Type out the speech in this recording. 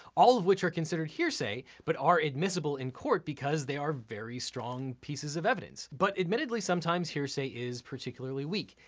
all of which are considered hearsay but are admissible in court because they are very strong pieces of evidence. but admittedly, sometimes hearsay is particularly weak.